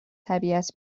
طبیعت